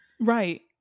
right